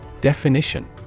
Definition